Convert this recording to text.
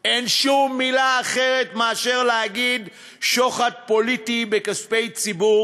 אין שום מילה אחרת מאשר להגיד "שוחד פוליטי בכספי ציבור"